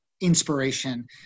inspiration